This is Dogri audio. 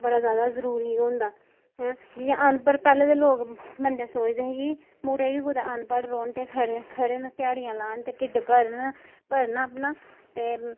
बड़ा जादा जरूरी होंदा हैं जि'यां अनपढ़ पैह्लें दे लोग बंदे सोचदे हे कि मुड़े बी कुतै अनपढ़ रौह्न ते खरे खरे न ध्याड़ियां लान ते ढिड्ढ भरन भरन अपना ते